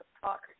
talk